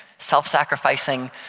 self-sacrificing